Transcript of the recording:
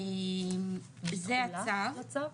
יש תחולה לצו?